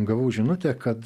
gavau žinutę kad